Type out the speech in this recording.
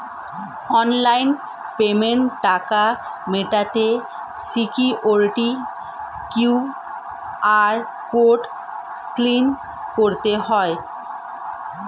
online পেমেন্টে টাকা মেটাতে সিকিউরিটি কিউ.আর কোড স্ক্যান করতে হয়